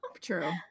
True